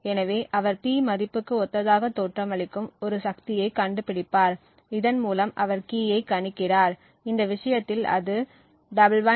எனவே அவர் P மதிப்புக்கு ஒத்ததாக தோற்றமளிக்கும் ஒரு சக்தியைக் கண்டுபிடிப்பார் இதன் மூலம் அவர் கீயை கணிக்கிறார் இந்த விஷயத்தில் அது 1111